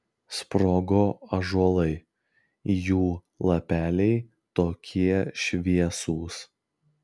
sprogo ąžuolai jų lapeliai tokie šviesūs